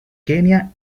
kenia